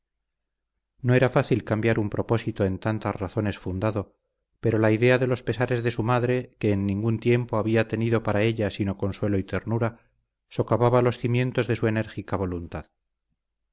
no era fácil cambiar un propósito en tantas razones fundado pero la idea de los pesares de su madre que en ningún tiempo había tenido para ella sino consuelo y ternura socavaba los cimientos de su enérgica voluntad